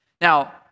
Now